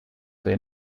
they